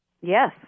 Yes